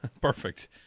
Perfect